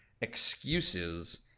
excuses